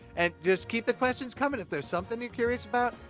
and just keep the questions comin'! if there's something you're curious about,